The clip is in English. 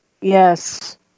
Yes